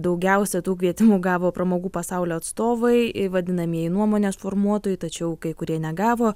daugiausiai tų kvietimų gavo pramogų pasaulio atstovai i vadinamieji nuomonės formuotojai tačiau kai kurie negavo